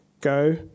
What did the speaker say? go